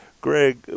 Greg